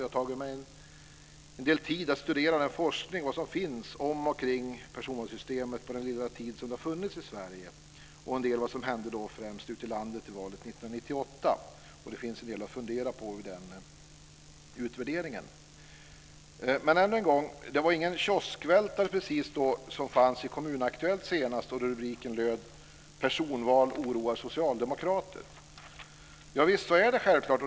Jag har tagit mig en del tid till att studera forskningen, vad som finns om och kring personvalssystemet under den lilla tid då det har funnits i Sverige. Det gäller en del om vad som hände i landet främst till valet 1998. Det finns en del att fundera på i utvärderingen av det. Men än en gång vill jag säga att det inte var någon kioskvältare direkt som fanns i Kommun-Aktuellt senast, då rubriken löd: Personval oroar socialdemokrater. Javisst, så är det självklart.